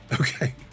Okay